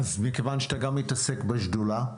מכיוון שאתה גם מתעסק בשדולה,